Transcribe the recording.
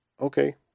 okay